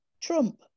Trump